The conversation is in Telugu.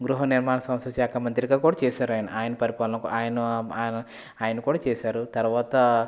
గృహ నిర్మాణ సంస్థ శాఖా మంత్రిగా కూడా చేశారు ఆయన ఆయన పరిపాలన ఆయన ఆయన కూడా చేశారు తర్వాత